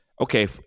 okay